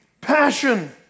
passion